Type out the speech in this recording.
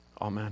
Amen